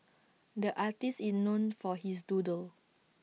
the artist is known for his doodles